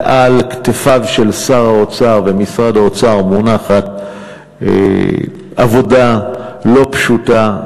ועל כתפיו של שר האוצר במשרד האוצר מונחת עבודה לא פשוטה,